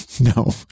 No